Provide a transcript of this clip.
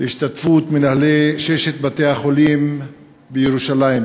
בהשתתפות מנהלי ששת בתי-החולים בירושלים,